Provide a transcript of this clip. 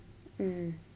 mm